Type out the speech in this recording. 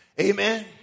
Amen